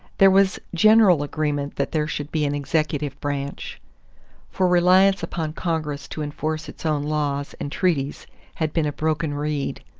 there was general agreement that there should be an executive branch for reliance upon congress to enforce its own laws and treaties had been a broken reed.